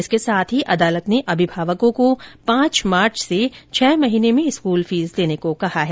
इसके साथ ही अदालत ने अभिभावकों को पांच मार्च से छह महीने में स्कूल फीस देने को कहा है